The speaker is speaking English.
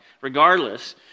Regardless